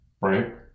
Right